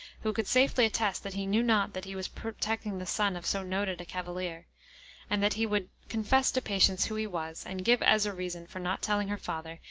who could safely attest that he knew not that he was protecting the son of so noted a cavalier and that he would confess to patience who he was, and give as a reason for not telling her father,